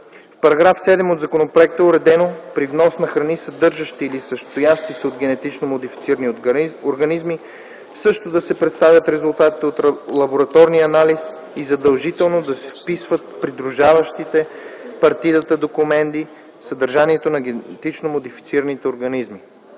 В § 7 от законопроекта е уредено при внос на храни, съдържащи или състоящи се от генетично модифицирани организми, също да се представят резултатите от лабораторния анализ и задължително да се вписва в придружаващите партидата документи съдържанието на генетично модифицирани организми.